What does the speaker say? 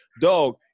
Dog